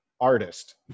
artist